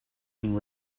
and